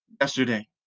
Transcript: yesterday